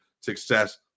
success